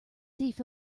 thief